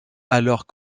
alors